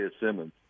Simmons